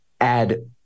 add